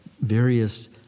various